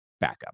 backup